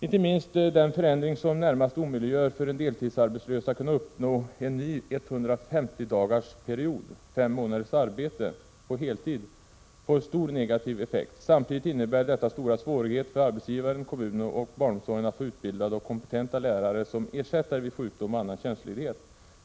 Inte minst den förändring som närmast omöjliggör för en deltidsarbetslös att kunna uppnå en ny 150 dagars period, 5 månaders arbete på heltid, får stor negativ effekt. Samtidigt innebär detta stora svårigheter för arbetsgivaren, kommunen och barnomsorgen att få utbildade och kompetenta lärare som ersättare vid sjukdom och annan tjänstledighet.